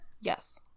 Yes